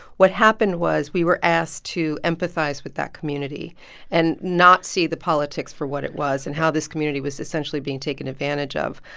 what happened was we were asked to empathize with that community and not see the politics for what it was and how this community was essentially being taken advantage of.